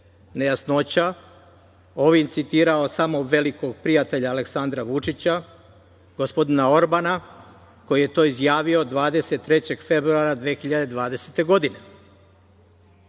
nejasnoća, ovim citirao velikog prijatelja Aleksandra Vučića, gospodina Orbana, koji je to izjavio 23. februara 2020. godine. Koje